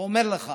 ואומר לך